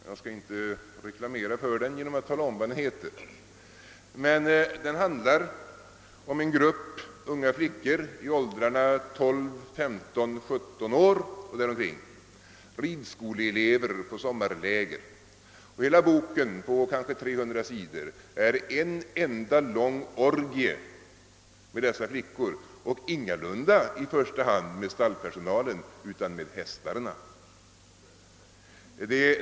Jag skall inte reklamera för den genom att tala om vad den heter, men den handlar om en grupp unga flickor i åldrarna 12, 15 och 17 år, ridskoleelever på sommarläger. Och hela boken på cirka 300 sidor är en enda lång orgie med dessa flickor och — ingalunda i första hand med stallpersonalen utan med hästarna.